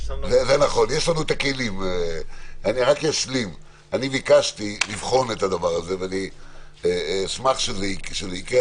אני ביקשתי לבחון את הנושא של החינוך,